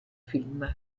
film